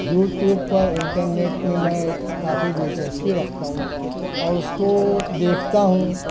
you tube پر internet میں میں کافی دلچسپی رکھتا ہوں اور اس کو دیکھتا ہوں